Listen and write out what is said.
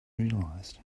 realized